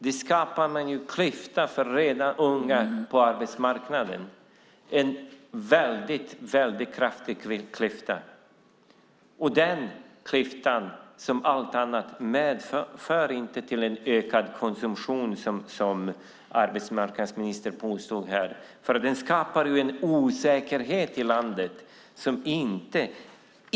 Man skapar en klyfta när det gäller unga på arbetsmarknaden. Det är en väldigt stor klyfta. Den klyftan, som allt annat, leder inte till ökad konsumtion, som arbetsmarknadsministern påstod här. Den skapar en osäkerhet i landet.